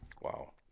Wow